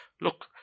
Look